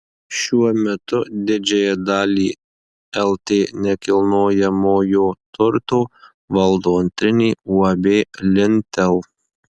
šiuo metu didžiąją dalį lt nekilnojamojo turto valdo antrinė uab lintel